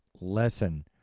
lesson